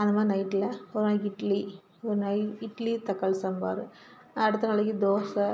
அந்த மாதிரி நைட்டில் ஒரு நாளைக்கு இட்லி ஒரு நாளைக்கு இட்லி தக்காளி சாம்பார் அடுத்த நாளைக்கு தோசை